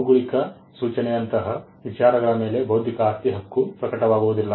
ಭೌಗೋಳಿಕ ಸೂಚನೆಯಂತಹ ವಿಚಾರಗಳ ಮೇಲೆ ಬೌದ್ಧಿಕ ಆಸ್ತಿ ಹಕ್ಕು ಪ್ರಕಟವಾಗುವುದಿಲ್ಲ